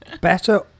Better